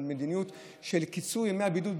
על מדיניות של קיצור הבידוד,